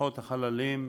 למשפחות החללים,